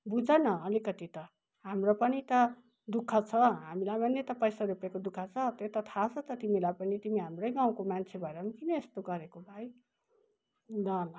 बुझ न अलिकति त हाम्रो पनि त दु ख छ हामीलाई पनि त पैसा रुपियाँको दु ख छ त्यो त थाहा छ त तिमीलाई पनि तिमी हाम्रै गाउँको मान्छे भएर नि किन यस्तो गरेको भाइ ल ल